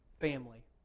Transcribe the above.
family